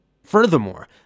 Furthermore